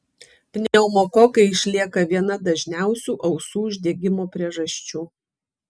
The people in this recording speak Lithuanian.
pneumokokai išlieka viena dažniausių ausų uždegimo priežasčių